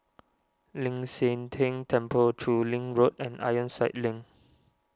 Ling San Teng Temple Chu Lin Road and Ironside Link